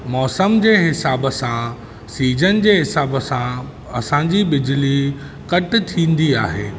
मौसम जे हिसाब सां सीजन जे हिसाब सां असांजी बिजली कट थींदी आहे